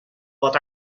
but